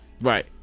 Right